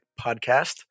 podcast